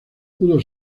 pudo